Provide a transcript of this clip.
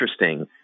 interesting